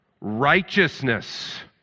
Righteousness